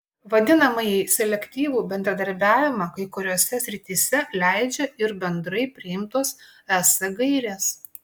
vadinamąjį selektyvų bendradarbiavimą kai kuriose srityse leidžia ir bendrai priimtos es gairės